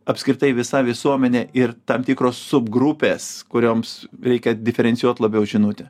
apskritai visa visuomenė ir tam tikros sub grupės kurioms reikia diferencijuot labiau žinutę